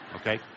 Okay